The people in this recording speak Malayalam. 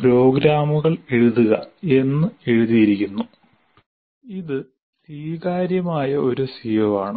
പ്രോഗ്രാമുകൾ എഴുതുക" എന്ന് എഴുതിയിരിക്കുന്നു ഇത് സ്വീകാര്യമായ ഒരു സിഒ ആണ്